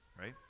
right